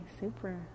super